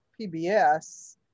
PBS